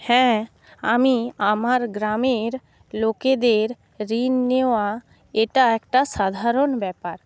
হ্যাঁ আমি আমার গ্রামের লোকেদের ঋণ নেওয়া এটা একটা সাধারণ ব্যাপার